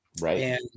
Right